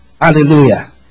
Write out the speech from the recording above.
Hallelujah